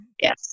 yes